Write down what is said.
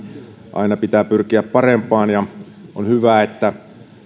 aina pitää pyrkiä parempaan on hyvä että